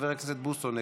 חבר הכנסת בוסו,